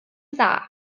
dda